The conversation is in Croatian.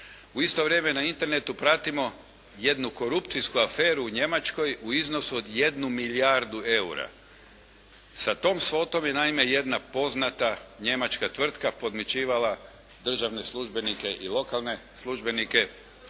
U isto vrijeme na Internetu pratimo jednu korupcijsku aferu u Njemačkoj u iznosu od 1 milijardu eura. Sa tom svotom je naime jedna poznata njemačka tvrtka podmićivala državne službenike i lokalne službenike